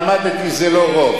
שלמדתי, זה לא רוב.